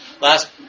Last